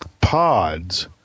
pods